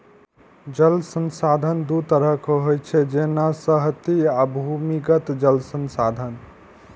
जल संसाधन दू तरहक होइ छै, जेना सतही आ भूमिगत जल संसाधन